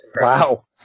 Wow